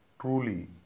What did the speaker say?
truly